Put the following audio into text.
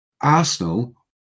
Arsenal